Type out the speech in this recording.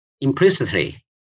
implicitly